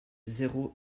zéro